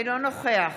אינו נוכח